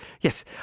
yes